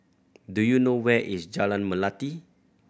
do you know where is Jalan Melati